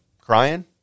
crying